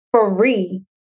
Free